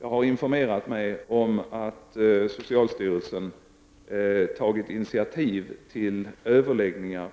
Jag har informerat mig om att socialstyrelsen tagit initiativ till överläggningar